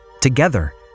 together